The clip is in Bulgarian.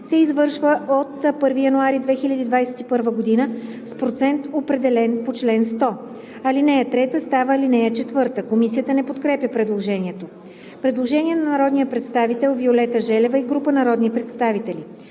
се извършва от 01.01.2021 г. с процент, определен по чл. 100. Ал. 3 става ал. 4.“ Комисията не подкрепя предложението. Предложение на народния представител Виолета Желева и група народни представители: